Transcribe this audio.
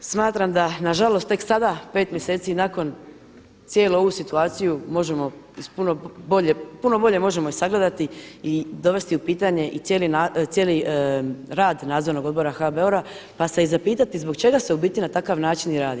Smatram da na žalost tek sada pet mjeseci nakon cijelu ovu situaciju možemo iz puno bolje, puno bolje možemo i sagledati i dovesti u pitanje i cijeli rad Nadzornog odbora HBOR-a pa se i zapitati zbog čega se u biti na takav način i radi.